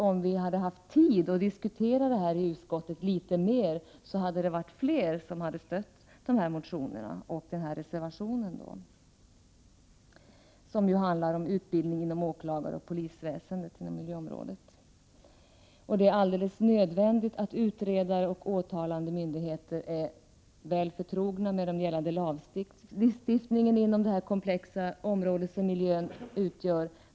Om vi hade haft mer tid att diskutera denna fråga i utskottet, tror jag att fler hade gett sitt stöd till motionen och reservationen med anledning av denna motion, 137 som handlar om miljöutbildning inom åklagaroch polisväsendet. Det är alldeles nödvändigt att utredare och åtalande myndigheter är väl förtrogna med gällande lagstiftning inom ett så komplext område som miljöområdet.